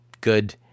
good